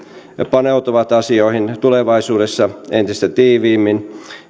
paneutuvat asioihin tulevaisuudessa entistä tiiviimmin